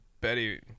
Betty